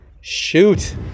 shoot